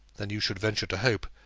than you should venture to hope,